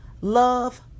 love